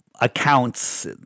accounts